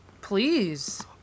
Please